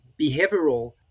behavioral